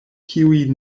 kiuj